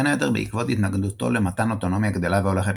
בין היתר בעקבות התנגדותו למתן אוטונומיה גדלה והולכת